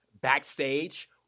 backstage